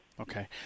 Okay